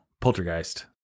Poltergeist